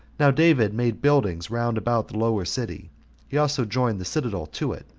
now david made buildings round about the lower city he also joined the citadel to it,